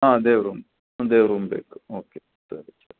ಹಾಂ ದೇವ ರೂಮ್ ಒಂದು ದೇವ ರೂಮ್ ಬೇಕು ಓಕೆ ಸರಿ ಸರಿ